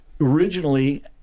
Originally